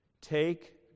take